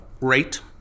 rate